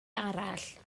arall